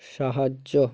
সাহায্য